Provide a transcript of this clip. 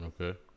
Okay